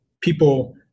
people